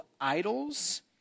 idols